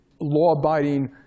law-abiding